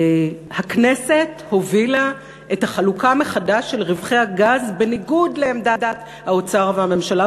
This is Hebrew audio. הכנסת הובילה את החלוקה מחדש של רווחי הגז בניגוד לעמדת האוצר והממשלה,